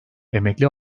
emekli